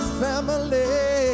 family